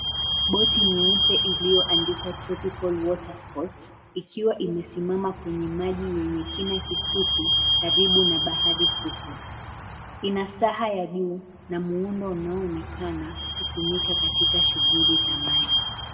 Boti nyeupe iliyoandikwa Tropical Water Sport ikiwa imesimama kwenye maji yenye kina kifupi karibu na bahari fupi. Ina staha ya juu na muundo unaoonekana kutumika katika shughuli za maji.